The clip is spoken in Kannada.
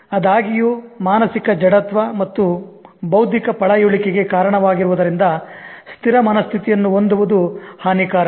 ಅದಾಗಿಯೂ ಮಾನಸಿಕ ಜಡತ್ವ ಮತ್ತು ಬೌದ್ಧಿಕ ಪಳೆಯುಳಿಕೆಗೆ ಕಾರಣವಾಗುವುದರಿಂದ ಸ್ಥಿರ ಮನಸ್ಥಿತಿಯನ್ನು ಹೊಂದುವುದು ಹಾನಿಕಾರಕ